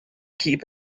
keep